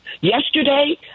Yesterday